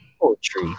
poetry